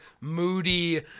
moody